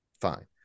Fine